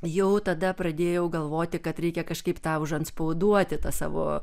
jau tada pradėjau galvoti kad reikia kažkaip tą užantspauduoti tą savo